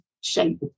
shape